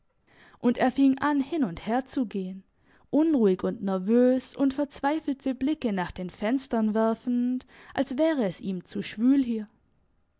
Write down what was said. und er fing an hin und herzugehen unruhig und nervös und verzweifelte blicke nach den fenstern werfend als wäre es ihm zu schwül hier